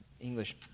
English